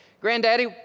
Granddaddy